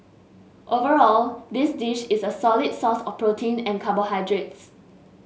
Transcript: overall this dish is a solid source of protein and carbohydrates